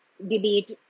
debate